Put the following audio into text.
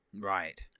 Right